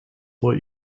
what